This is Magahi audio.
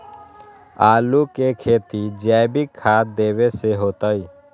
आलु के खेती जैविक खाध देवे से होतई?